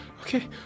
Okay